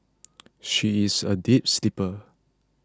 she is a deep sleeper